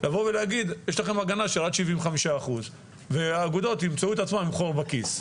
לבוא ולהגיד: יש לכם הגנה רק של 75%. האגודות ימצאו את עצמן עם חור בכיס,